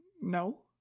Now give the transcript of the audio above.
No